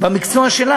במקצוע שלה,